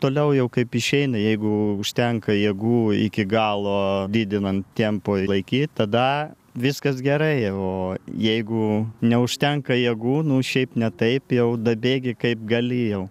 toliau jau kaip išeina jeigu užtenka jėgų iki galo didinant tempui laikyt tada viskas gerai o jeigu neužtenka jėgų nu šiaip ne taip jau dabėgi kaip gali jau